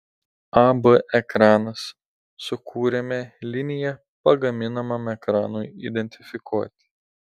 ab ekranas sukūrėme liniją pagaminamam ekranui identifikuoti